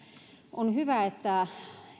on hyvä että